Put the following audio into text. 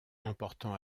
emportant